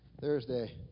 Thursday